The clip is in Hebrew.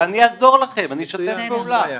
ואני אעזור לכם, אני אשתף פעולה.